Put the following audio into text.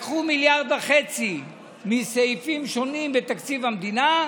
לקחו 1.5 מיליארד מסעיפים שונים בתקציב המדינה,